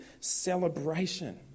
celebration